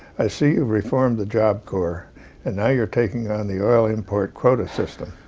i see you've reformed the job corps and now you're taking on the oil import quota system.